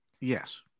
Yes